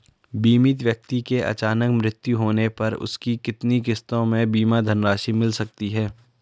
बीमित व्यक्ति के अचानक मृत्यु होने पर उसकी कितनी किश्तों में बीमा धनराशि मिल सकती है?